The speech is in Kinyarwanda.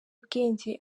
bwenge